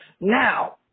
Now